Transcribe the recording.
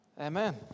Amen